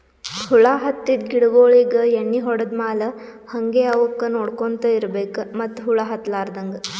ಹುಳ ಹತ್ತಿದ್ ಗಿಡಗೋಳಿಗ್ ಎಣ್ಣಿ ಹೊಡದ್ ಮ್ಯಾಲ್ ಹಂಗೆ ಅವಕ್ಕ್ ನೋಡ್ಕೊಂತ್ ಇರ್ಬೆಕ್ ಮತ್ತ್ ಹುಳ ಹತ್ತಲಾರದಂಗ್